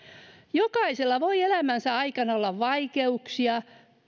jokaisella voi elämänsä aikana olla vaikeuksia